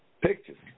Pictures